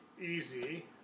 easy